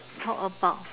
how about